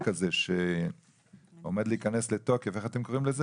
הזה שעומד להיכנס לתוקף איך אתם קוראים לו?